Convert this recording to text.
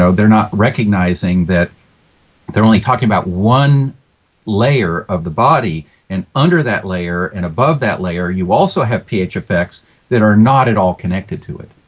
so they are not recognizing that they are only talking about one layer of the body and under that layer and above that layer you also have ph effects that are not at all connected to it.